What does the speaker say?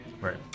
Right